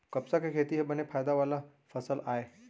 कपसा के खेती ह बने फायदा वाला फसल आय